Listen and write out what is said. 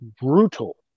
brutal